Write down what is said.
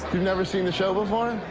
you've never seen the show before?